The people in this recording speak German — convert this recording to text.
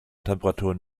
temperaturen